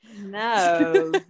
No